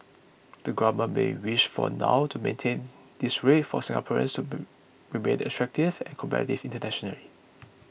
the government may wish for now to maintain this rate for Singaporeans to remain attractive and competitive internationally